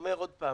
אומר עוד פעם: